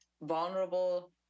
vulnerable